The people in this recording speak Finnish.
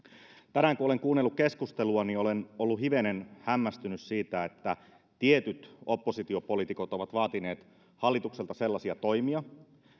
tänään kun olen kuunnellut keskustelua niin olen ollut hivenen hämmästynyt siitä että tietyt oppositiopoliitikot ovat vaatineet hallitukselta sellaisia toimia